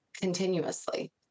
continuously